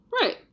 right